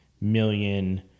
million